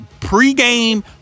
pre-game